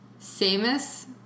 Samus